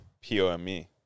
P-O-M-E